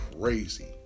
crazy